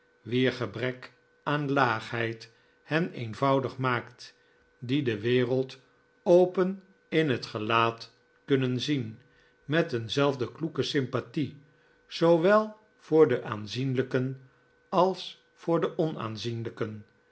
wier gebrek aan laagheid hen eenvoudig maakt die de wereld open in het gelaat kunnen zien met eenzelfde kloeke sympathie zoowel voor de aanzienlijken als voor de onaanzienlijken